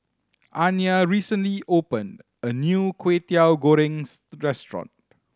Anya recently opened a new Kwetiau Goreng restaurant